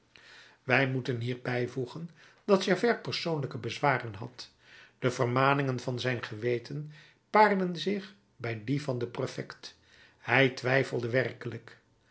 wij moeten hier bijvoegen dat javert persoonlijke bezwaren had de vermaningen van zijn geweten paarden zich bij die van den prefect hij twijfelde werkelijk